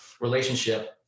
relationship